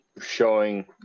showing